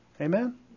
Amen